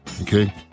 Okay